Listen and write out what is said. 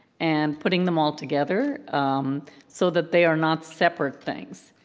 and putting them all together so that they are not separate things.